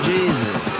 Jesus